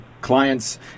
clients